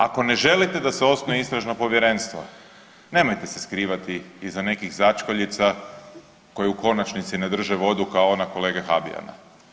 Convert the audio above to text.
Ako ne želite da se osnuje Istražno povjerenstvo nemojte se skrivati iza nekih začkoljica koje u konačnici ne drže vodu kao ona kolege Habijena.